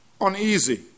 uneasy